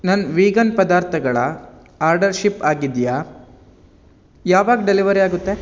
ನನ್ನ ವೀಗನ್ ಪದಾರ್ಥಗಳ order ship ಆಗಿದೆಯಾ ಯಾವಾಗ ಡೆಲಿವರಿ ಆಗುತ್ತೆ